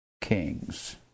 kings